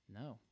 no